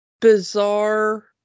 bizarre